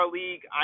league